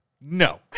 no